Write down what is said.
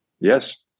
yes